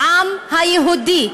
העם היהודי,